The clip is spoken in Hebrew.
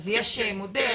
אז יש מודל.